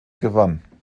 gewann